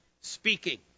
speaking